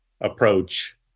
approach